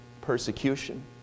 persecution